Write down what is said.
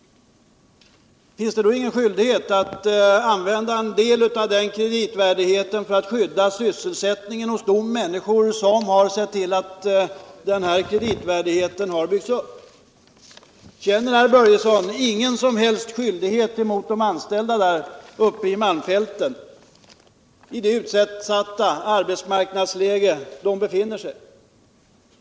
Finns det då ingen skyldighet för den regeringen att använda en del av denna kreditvärdighet för att skydda sysselsättningen för de människor som har sett till att kreditvärdigheten kunnat byggas upp? Känner herr Börjesson ingen som helst skyldighet mot de anställda där uppe i malmfälten, i det utsatta arbetsmarknadsläge som de befinner sig i?